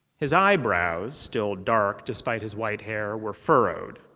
his eyebrows still dark despite his white hair were furrowed.